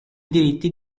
diritti